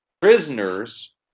prisoners